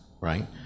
right